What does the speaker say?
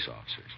officers